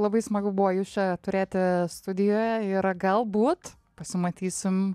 labai smagu buvo jus čia turėti studijoje ir galbūt pasimatysim